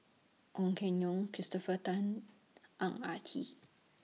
Ong Keng Yong Christopher Tan Ang Ah Tee